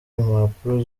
impapuro